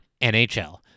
NHL